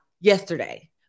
yesterday